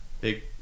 big